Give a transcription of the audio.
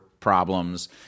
Problems